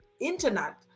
internet